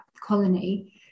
colony